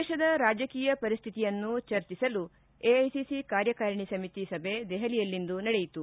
ದೇಶದ ರಾಜಕೀಯ ಪರಿಸ್ಥಿತಿಯನ್ನು ಚರ್ಚಿಸಲು ಎಐಸಿಸಿ ಕಾರ್ಯಕಾರಿಣಿ ಸಮಿತಿ ಸಭೆ ದೆಹಲಿಯಲ್ಲಿಂದು ನಡೆಯಿತು